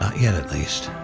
yet at least.